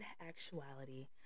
actuality